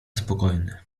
spokojny